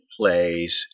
plays